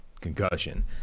concussion